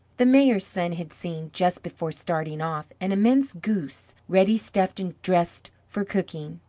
the mayor's son had seen, just before starting off, an immense goose ready stuffed and dressed for cooking.